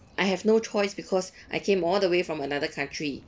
I have no choice because I came all the way from another country